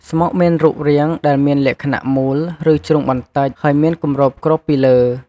ស្មុកមានរូបរាងដែលមានលក្ខណៈមូល ឬជ្រុងបន្តិចហើយមានគម្របគ្របពីលើ។